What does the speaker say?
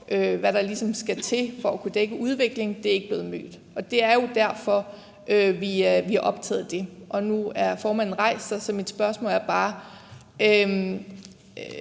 hvad der ligesom skal til for at kunne dække udviklingen, ikke er blevet mødt. Det er jo derfor, vi er optaget af det. Nu har formanden rejst sig, så mit spørgsmål er bare: